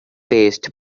paste